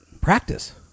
Practice